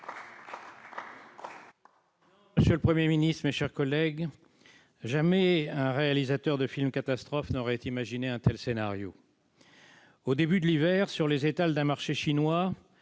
monsieur le Premier ministre, mes chers collègues, jamais un réalisateur de films catastrophes n'aurait imaginé un tel scénario. Au début de l'hiver, sur les étals d'un marché chinois,